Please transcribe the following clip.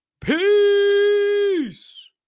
peace